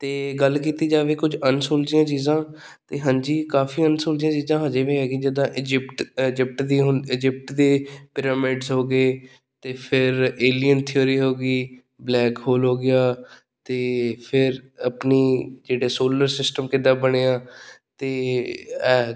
ਅਤੇ ਗੱਲ ਕੀਤੀ ਜਾਵੇ ਕੁਝ ਅਨਸੁਲਝੀਆਂ ਚੀਜ਼ਾਂ ਅਤੇ ਹਾਂਜੀ ਕਾਫੀ ਅਨਸੁਲਝੀਆਂ ਚੀਜ਼ਾਂ ਹਜੇ ਵੀ ਹੈਗੀਆਂ ਜਿੱਦਾਂ ਐਜਿਪਟ ਅਜਿਪਟ ਦੀ ਹੁ ਅਜਿਪਟ ਦੇ ਪਿਰਾਮਿਡਸ ਹੋ ਗਏ ਤੇ ਫਿਰ ਏਲੀਅਨ ਥਿਓਰੀ ਹੋ ਗਈ ਬਲੈਕ ਹੋਲ ਹੋ ਗਿਆ ਅਤੇ ਫਿਰ ਆਪਣੀ ਜਿਹੜੇ ਸੋਲਰ ਸਿਸਟਮ ਕਿੱਦਾਂ ਬਣਿਆ ਅਤੇ ਇਹ